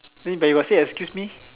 no but you got say excuse me